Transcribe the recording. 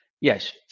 yes